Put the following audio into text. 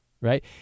right